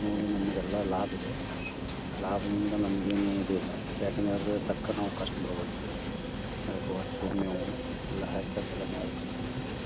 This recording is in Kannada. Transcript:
ನೋಡಿ ನಮಗೆಲ್ಲ ಲಾಭ ಇದೆ ಲಾಭದಿಂದ ನಮ್ಗೆ ಏನು ಇದಿಲ್ಲ ಏಕಂದ್ರೆ ಅದ್ರ ತಕ್ಕ ನಾವು ಕಷ್ಟ್ಪಡ್ಬೇಕು ಅದಕ್ಕೆ ಒಟ್ಟು ಒಮ್ಮೆ ಅವನ್ನ ಎಲ್ಲ ಹಾಕಿ ಕೆಲಸೆಲ್ಲ ಮಾಡ್ಬೇಕ್ ಅಂತಂದರೆ